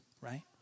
right